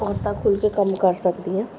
ਔਰਤਾਂ ਖੁੱਲ੍ਹ ਕਰ ਕੰਮ ਕਰ ਸਕਦੀਆਂ